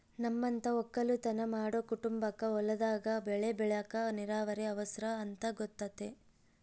ನಮ್ಮಂತ ವಕ್ಕಲುತನ ಮಾಡೊ ಕುಟುಂಬಕ್ಕ ಹೊಲದಾಗ ಬೆಳೆ ಬೆಳೆಕ ನೀರಾವರಿ ಅವರ್ಸ ಅಂತ ಗೊತತೆ